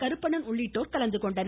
கருப்பணன் உள்ளிட்டோர் கலந்துகொண்டனர்